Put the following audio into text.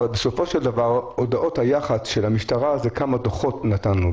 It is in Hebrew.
אבל בסופו של דבר הודעות היח"צ של המשטרה זה כמה דוחות נתנו.